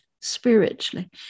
spiritually